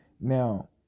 Now